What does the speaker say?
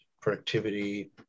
productivity